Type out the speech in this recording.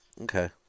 okay